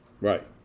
Right